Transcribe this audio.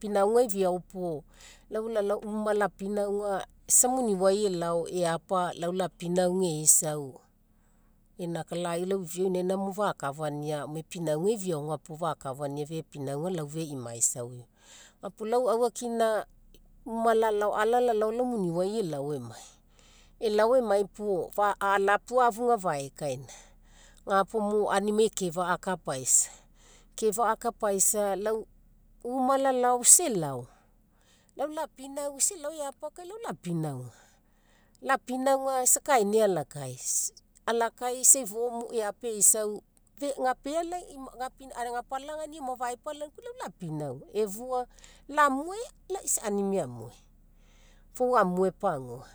pinauga iviau puo lau lalao o umai lapinauga, isa muninai elao eapa lau lapinauga eaisau einaka, lai lau iviao inaina fakafania gome pinauga iviaoga puo fakafania fepinauga lau feimaisao. Ga puo lau aufakina uma lalao ala lalao lau muniai elao emai, elao emai puo alapufuga afaekaina. Ga puo mo aunimai ekefa'a akapaisa. Ekefa'a akapaisa, lau uma lalao isa elao, lau lapinauga isa elao eapa kai lau lapinauga. Lapinauga isa kaina ala kai isa ifo eapa eisau kai lau lapinauga efua lamue isa aunimai amue dou amue pagua.